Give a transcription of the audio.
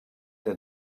that